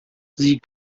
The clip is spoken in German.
sie